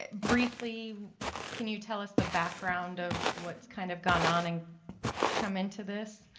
ah briefly can you tell us the background of what kind of gone on and come into this.